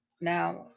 Now